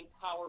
power